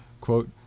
Quote